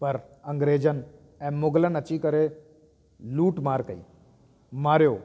परु अंग्रेजनि ऐं मुग़िलनि अची करे लूटमार कई मारियो